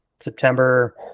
september